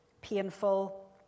painful